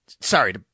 sorry